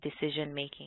decision-making